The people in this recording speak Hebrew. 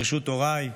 ברשות הוריי,